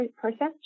process